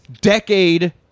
decade